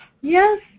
Yes